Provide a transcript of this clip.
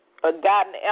Forgotten